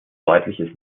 deutliches